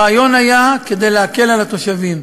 הרעיון היה להקל על התושבים.